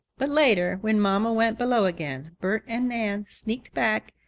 but later, when mamma went below again, bert and nan sneaked back,